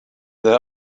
their